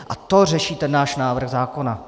A to řeší náš návrh zákona.